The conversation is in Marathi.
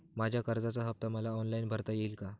माझ्या कर्जाचा हफ्ता मला ऑनलाईन भरता येईल का?